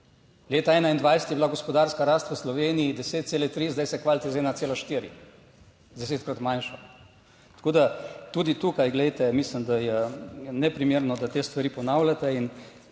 Leta 2021 je bila gospodarska rast v Sloveniji 10,3, zdaj se hvalite z 1,4, desetkrat manjša. Tako da, tudi tukaj, glejte, mislim, da je neprimerno, da te stvari ponavljate.